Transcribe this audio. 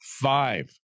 Five